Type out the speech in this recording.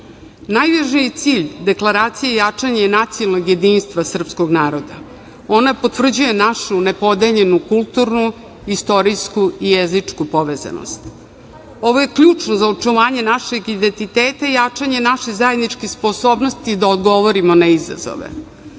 boljima. Najvažniji cilj deklaracije je jačanje nacionalnog jedinstva srpskog naroda. Ona potvrđuje našu nepodeljenu kulturnu, istorijsku i jezičku povezanost. Ovo je ključno za očuvanje našeg identiteta i jačanje naše zajedničke sposobnosti da odgovorimo na